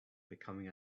becoming